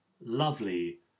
lovely